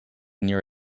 near